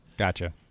Gotcha